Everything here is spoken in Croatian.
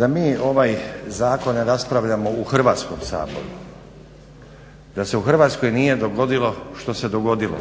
Da mi ovaj zakon ne raspravljamo u Hrvatskom saboru, da se u Hrvatskoj nije dogodilo što se dogodilo